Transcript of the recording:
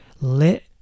let